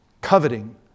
coveting